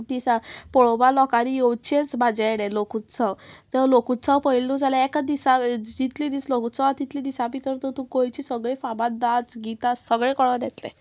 दिसा पळोवपा लोकांनी येवचेच म्हाजे हेणें लोकोत्सव जो लोकोत्सव पळयल्लो जाल्यार एका दिसा जितले दीस लोकोत्सव तितले दिसा भितर तूं तूं गोंयची सगळे फामाद डान्स गितां सगळें कळोन येतलें